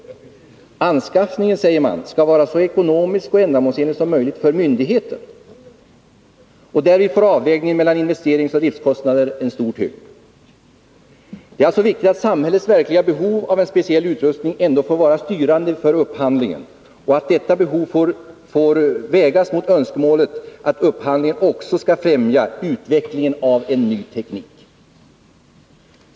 Anskaffningen, säger man, skall vara ”så ekonomisk och ändamålsenlig som möjligt för myndigheten”. Därvid får ”avväganden mellan investeringsoch driftskostnader en stor tyngd”. Det är alltså viktigt att samhällets verkliga behov av en speciell utrustning ändå får vara styrande för upphandlingen och att detta behov vägs mot önskemålet att upphandlingen också skall främja utvecklingen av en ny teknik.